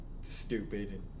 stupid